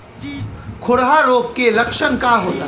खुरहा रोग के लक्षण का होला?